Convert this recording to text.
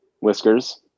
Whiskers